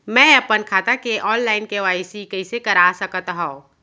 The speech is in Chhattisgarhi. मैं अपन खाता के ऑनलाइन के.वाई.सी कइसे करा सकत हव?